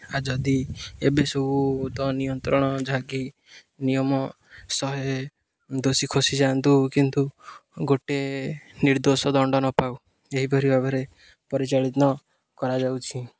ଆଉ ଯଦି ଏବେ ସବୁ ତ ନିୟନ୍ତ୍ରଣ ଯାହାକି ନିୟମ ଶହେ ଦୋଷୀ ଖସି ଯାଆନ୍ତୁ କିନ୍ତୁ ଗୋଟେ ନିର୍ଦ୍ଦୋଶ ଦଣ୍ଡ ନ ପାଉ ଏହିପରି ଭାବରେ ପରିଚାଳିତ କରାଯାଉଛି